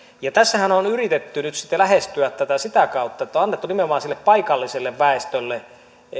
tässähän on on yritetty nyt sitten lähestyä tätä sitä kautta että on annettu nimenomaan sille paikalliselle väestölle